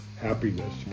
happiness